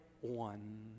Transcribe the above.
one